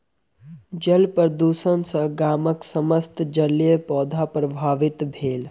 जल प्रदुषण सॅ गामक समस्त जलीय पौधा प्रभावित भेल